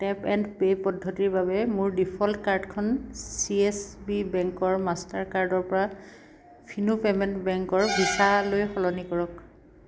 tap and pay পদ্ধতিৰ বাবে মোৰ ডিফল্ট কাৰ্ডখন চি এছ বি বেংকৰ মাষ্টাৰ কাৰ্ডৰ পৰা ফিনো পে'মেণ্ট বেংকৰ ভিছালৈ সলনি কৰক